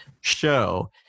show